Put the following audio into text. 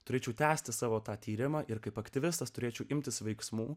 turėčiau tęsti savo tą tyrimą ir kaip aktyvistas turėčiau imtis veiksmų